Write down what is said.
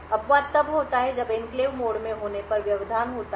अपवाद तब होता है जब एन्क्लेव मोड में होने पर व्यवधान होता है